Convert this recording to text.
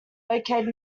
located